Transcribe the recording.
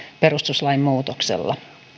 perustuslain muutoksella